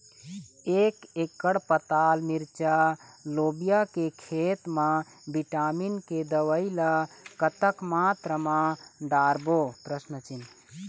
एक एकड़ पताल मिरचा लोबिया के खेत मा विटामिन के दवई ला कतक मात्रा म डारबो?